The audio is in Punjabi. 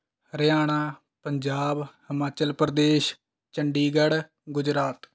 ਹਰਿਆਣਾ ਪੰਜਾਬ ਹਿਮਾਚਲ ਪ੍ਰਦੇਸ਼ ਚੰਡੀਗੜ੍ਹ ਗੁਜਰਾਤ